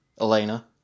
Elena